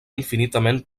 infinitament